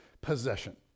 possession